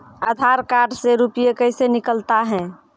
आधार कार्ड से रुपये कैसे निकलता हैं?